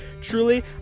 truly